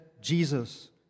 Jesus